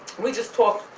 we just talked.